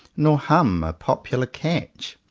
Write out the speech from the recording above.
nor hum a popular catch.